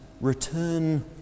return